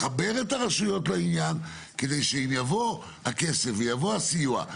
לחבר את הרשויות לעניין כדי שאם יבוא הכסף ויבוא הסיוע,